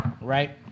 right